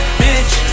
bitch